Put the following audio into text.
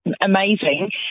amazing